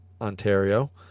ontario